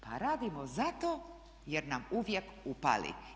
Pa radimo zato jer nam uvijek upali.